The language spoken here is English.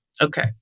Okay